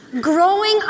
Growing